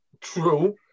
True